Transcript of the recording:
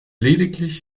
lediglich